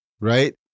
right